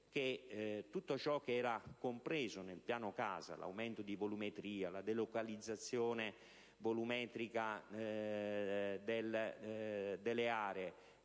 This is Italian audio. che tutto ciò che era compreso nel piano casa (l'aumento di volumetria, la delocalizzazione volumetrica delle aree,